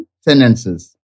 sentences